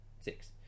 six